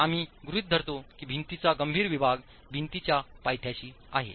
आम्ही गृहित धरतो की भिंतीचा गंभीर विभाग भिंतीच्या पायथ्याशी आहे